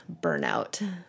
burnout